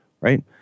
right